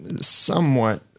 somewhat